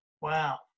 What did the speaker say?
Wow